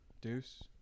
Deuce